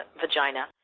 vagina